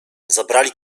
zabrali